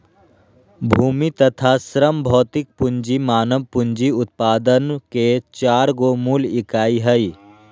भूमि तथा श्रम भौतिक पूँजी मानव पूँजी उत्पादन के चार गो मूल इकाई हइ